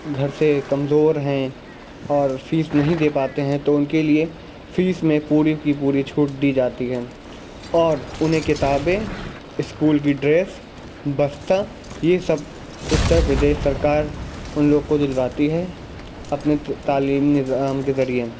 گھر سے کمزور ہیں اور فیس نہیں دے پاتے ہیں تو ان کے لیے فیس میں پوری کی پوری چھوٹ دی جاتی ہے اور انھیں کتابیں اسکول کی ڈریس بستہ یہ سب اتر پردیش سرکار ان لوگ کو دلواتی ہے اپنے تعلیمی نظام کے ذریعے